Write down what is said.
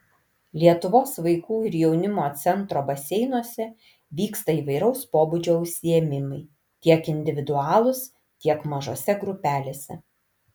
lietuvos vaikų ir jaunimo centro baseinuose vyksta įvairaus pobūdžio užsiėmimai tiek individualūs tiek mažose grupelėse